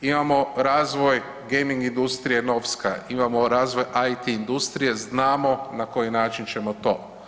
Imamo razvoj gaming industrije Novska, imamo razvoj IT industrije, znamo na koji način ćemo to.